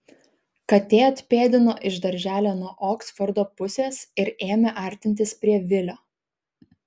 katė atpėdino iš darželio nuo oksfordo pusės ir ėmė artintis prie vilio